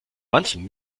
manchen